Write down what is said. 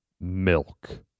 Milk